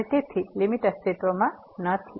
અને તેથી લીમીટ અસ્તિત્વમાં નથી